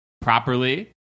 properly